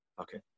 okay